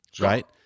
right